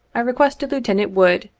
i requested lieutenant wood,